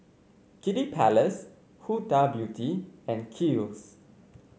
Kiddy Palace Huda Beauty and Kiehl's